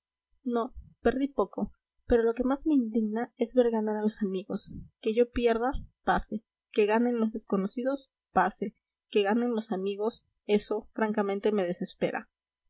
no perdí poco pero lo que más me indigna es ver ganar a los amigos que yo pierda pase que ganen los desconocidos pase que ganen los amigos eso francamente me desespera